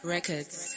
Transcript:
Records